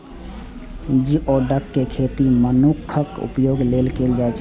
geoduck के खेती मनुक्खक उपभोग लेल कैल जाइ छै